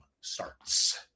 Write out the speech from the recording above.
starts